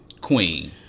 queen